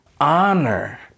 Honor